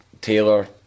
Taylor